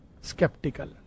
skeptical